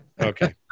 okay